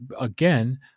again